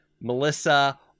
Melissa